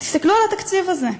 תסתכלו על התקציב הזה.